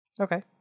Okay